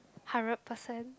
hundred percent